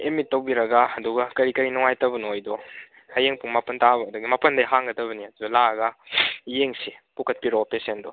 ꯑꯦꯃꯤꯗ ꯇꯧꯕꯤꯔꯒ ꯑꯗꯨꯒ ꯀꯔꯤ ꯀꯔꯤ ꯅꯨꯡꯉꯥꯏꯇꯕꯅꯣ ꯍꯥꯏꯗꯣ ꯍꯌꯦꯡ ꯄꯨꯡ ꯃꯄꯟ ꯇꯥꯕ ꯑꯗꯨꯗ ꯃꯄꯟꯗꯩ ꯍꯥꯡꯒꯗꯕꯅꯤ ꯑꯗꯨꯗ ꯂꯥꯛꯑꯒ ꯌꯦꯡꯁꯤ ꯄꯨꯈꯠꯄꯤꯔꯛꯔꯣ ꯄꯦꯁꯦꯟꯗꯣ